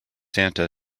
santa